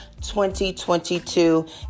2022